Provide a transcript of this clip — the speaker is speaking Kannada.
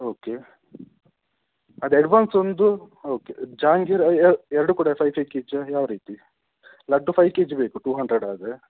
ಓಕೆ ಅದು ಎಡ್ವಾನ್ಸ್ ಒಂದು ಓಕೆ ಜಹಾಂಗೀರ ಎರಡೂ ಕೂಡ ಫಯ್ ಫಯ್ ಕೆ ಜಿಯ ಯಾವ ರೀತಿ ಲಡ್ಡು ಫೈವ್ ಕೆ ಜಿ ಬೇಕು ಟೂ ಹಂಡ್ರೆಡ್ ಆದರೆ